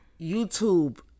YouTube